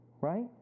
Right